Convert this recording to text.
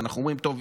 ואומרים: טוב,